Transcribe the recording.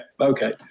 okay